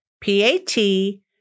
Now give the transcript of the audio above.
P-A-T